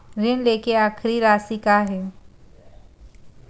ऋण लेके आखिरी राशि का हे?